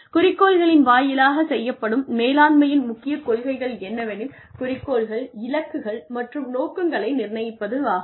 குறிக்கோள்களின் வாயிலாகச் செய்யப்படும் மேலாண்மையின் முக்கிய கொள்கைகள் என்னவெனில் குறிக்கோள்கள் இலக்குகள் மற்றும் நோக்கங்களை நிர்ணயிப்பதாகும்